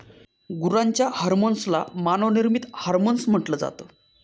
गुरांच्या हर्मोन्स ला मानव निर्मित हार्मोन्स म्हटल जात